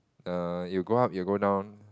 err you go up you go down